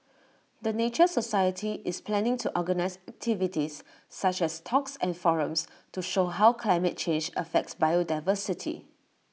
the nature society is planning to organise activities such as talks and forums to show how climate change affects biodiversity